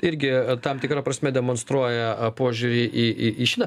irgi tam tikra prasme demonstruoja požiūrį į į į šitą